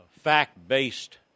fact-based